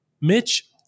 Mitch